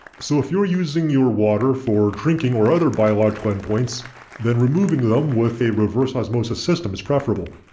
so if you're using your water for drinking or other biological endpoints then removing them with a reverse osmosis system is preferable.